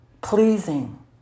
pleasing